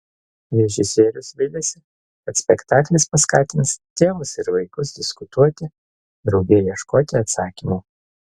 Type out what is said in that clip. režisierius viliasi kad spektaklis paskatins tėvus ir vaikus diskutuoti drauge ieškoti atsakymų